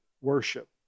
worship